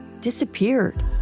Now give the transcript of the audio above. disappeared